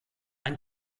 ein